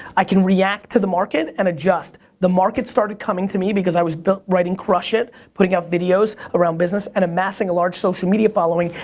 i can react to the market and adjust. the market started coming to me because i was writing crush it, putting out videos around business, and amassing a large social media following.